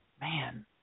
Man